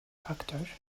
faktör